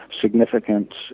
significant